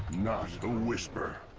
who wish her